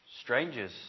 Strangers